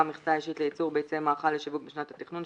מכסה אישית לייצור ביצי מאכל לשיווק בשנת התכנון,